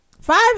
five